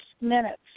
minutes